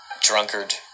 drunkard